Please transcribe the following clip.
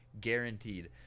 Guaranteed